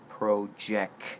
Project